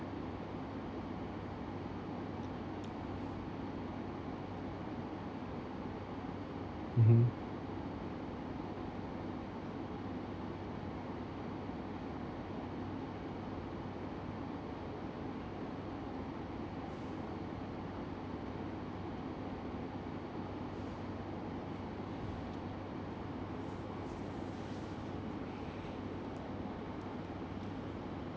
mmhmm